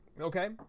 Okay